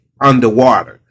underwater